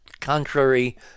contrary